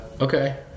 okay